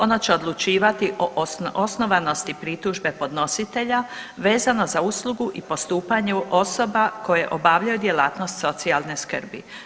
Ono će odlučivati o osnovanosti pritužbe podnositelja vezano za uslugu i postupanju osoba koje obavljaju djelatnost socijalne skrbi.